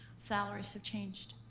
salaries have changed.